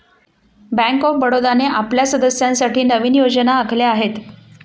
bank of बडोदाने आपल्या सदस्यांसाठी नवीन योजना आखल्या आहेत